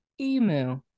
Emu